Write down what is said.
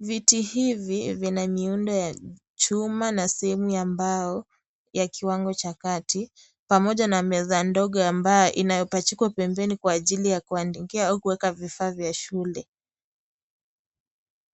Vitu hivi vina miundo ya chuma na sehemu ya mbao, ya kiwango cha kati, pamoja na meza ndogo ambayo inapachikwa pembeni kwa ajili ya kuandikia au kuweka vifaa vya shule.